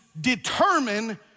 determine